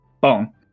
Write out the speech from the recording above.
boom